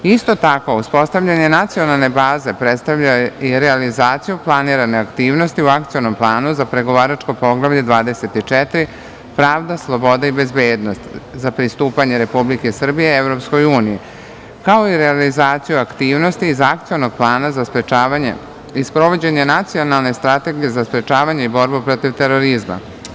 Isto tako, uspostavljanje nacionalne baze predstavlja i realizaciju planirane aktivnosti u akcionom planu za pregovaračko Poglavlje 24 – pravda, sloboda i bezbednost, za pristupanje Republike Srbije EU, kao i realizaciju aktivnosti iz akcionog plana za sprečavanje i sprovođenje nacionalne strategije za sprečavanje i borbu protiv terorizma.